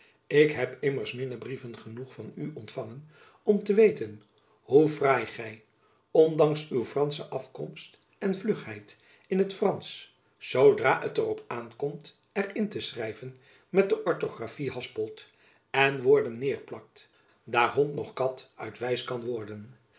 ik heb immers minnebrieven genoeg van u ontfangen om te weten hoe fraai gy ondanks uw fransche afkomst en vlugheid in t fransch zoodra het er op aankomt er in te schrijven met de ortographie haspelt en woorden neêrplakt daar hond noch kat uit wijs kan worden